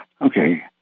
Okay